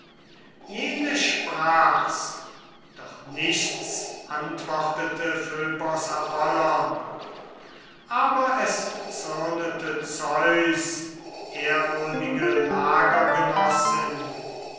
jene sprach's doch nichts antwortete phöbos apollon aber es zürnete zeus ehrwürdige